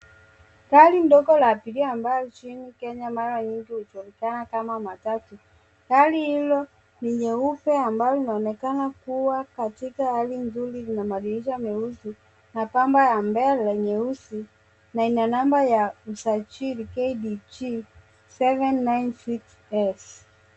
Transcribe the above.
Gari ndogo la abiria ambalo nchini Kenya mara nyingi hujulikana kama matatu. Gari hilo ni nyeupe ambalo linaonekana kuwa katika hali nzuri na madirisha meusi. Na bumper ya mbele nyeusi na ina namba ya usajili KBQ 796S .